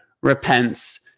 repents